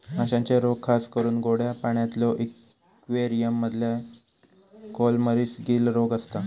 माश्यांचे रोग खासकरून गोड्या पाण्यातल्या इक्वेरियम मधल्या कॉलमरीस, गील रोग असता